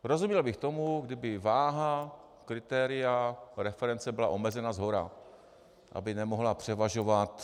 Rozuměl bych tomu, kdyby váha kritéria reference byla omezena shora, aby nemohla převažovat.